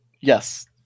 Yes